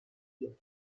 dir